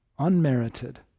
unmerited